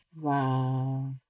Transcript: Wow